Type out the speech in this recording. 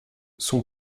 son